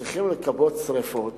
מצליחים לכבות שרפות